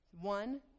One